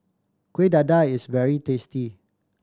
Kueh Dadar is very tasty